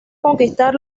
conquistar